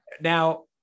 Now